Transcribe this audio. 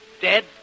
Dead